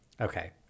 Okay